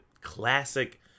classic